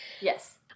Yes